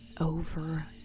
over